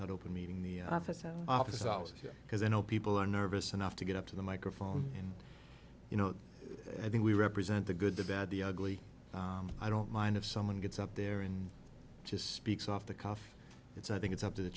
that open meeting the office of office hours because i know people are nervous enough to get up to the microphone and you know i think we represent the good the bad the ugly i don't mind if someone gets up there and just speaks off the cuff it's i think it's up to the